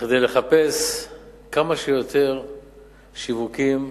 כדי לחפש כמה שיותר שיווקים.